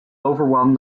overwhelmed